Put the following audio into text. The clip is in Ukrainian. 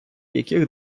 яких